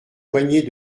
poignée